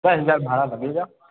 दस हज़ार भाड़ा लगेगा